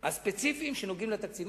הספציפיים שנוגעים לתקציב.